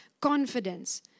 confidence